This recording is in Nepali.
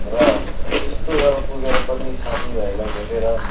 र त्यस्तो गरेर पुगेर पनि साथीभाइहरूलाई भेटेर